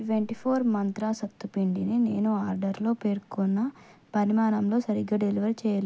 twenty four Mantra సత్తుపిండిని నేను ఆర్డర్లో పేర్కొన్న పరిమాణంలో సరిగ్గా డెలివర్ చేయలే